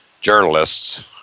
journalists